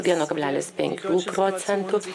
vieno kablelis penkių procentų